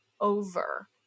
over